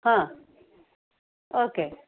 हां ओके